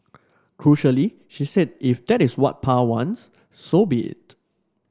crucially she said If that is what Pa wants so be it